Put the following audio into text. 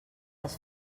els